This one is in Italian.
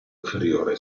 inferiore